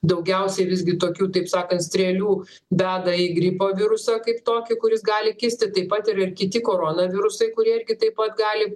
daugiausiai visgi tokių taip sakant strėlių beda į gripo virusą kaip tokį kuris gali kisti taip pat ir kiti corona virusai kurie irgi taip pat gali